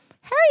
Harry